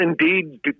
indeed